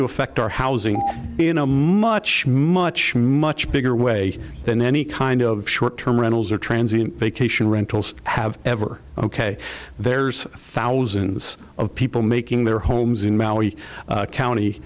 to affect our housing in a much much much bigger way than any kind of short term rentals or transients vacation rentals have ever ok there's thousands of people making their homes in value county